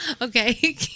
Okay